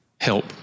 help